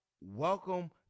welcome